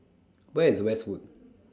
Where IS Westwood